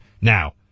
Now